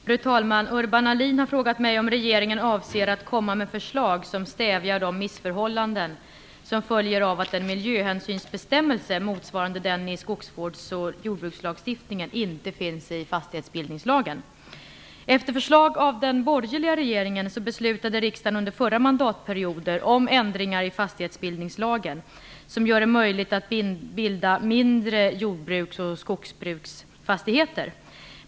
Fru talman! Urban Ahlin har frågat mig om regeringen avser att komma med förslag som stävjar de missförhållanden som följer av att en miljöhänsynsbestämmelse motsvarande den i skogsvårds och jordbrukslagstiftningen inte finns i fastighetsbildningslagen. Efter förslag av den borgerliga regeringen beslutade riksdagen under förra mandatperioden om ändringar i fastighetsbildningslagen som gör det möjligt att bilda mindre jordbruks och skogsbruksfastigheter.